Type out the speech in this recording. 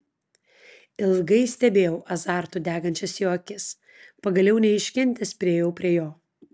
ilgai stebėjau azartu degančias jo akis pagaliau neiškentęs priėjau prie jo